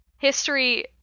history